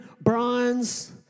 bronze